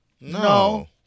No